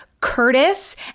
Curtis